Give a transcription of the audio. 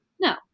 No